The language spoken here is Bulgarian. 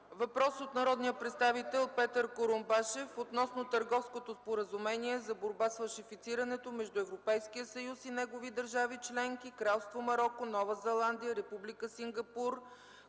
Въпрос от народния представител Петър Курумбашев относно Търговското споразумение за борба с фалшифицирането между Европейския съюз и негови държави членки, Кралство Мароко, Нова Зеландия, Република Сингапур,